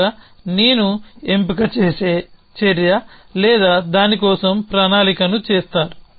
ముందుగా నేను ఎంపిక చేసే చర్య లేదా దాని కోసం ప్రణాళిక చేస్తాను